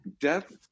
death